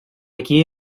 aquí